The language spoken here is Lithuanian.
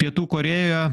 pietų korėjoje